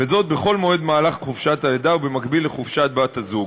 וזאת בכל מועד במהלך חופשת הלידה ובמקביל לחופשת בת-הזוג.